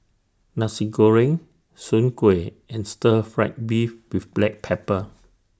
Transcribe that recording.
Nasi Goreng Soon Kuih and Stir Fried Beef with Black Pepper